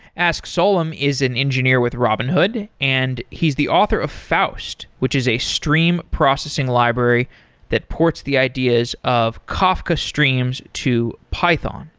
ask solem is an engineer with robinhood and he's the author of faust, which is a stream processing library that ports the ideas of kafka streams to python.